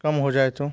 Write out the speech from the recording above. कम हो जाए तो